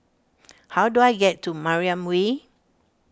how do I get to Mariam Way